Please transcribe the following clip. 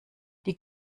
die